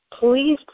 Please